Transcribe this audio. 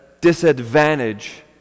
disadvantage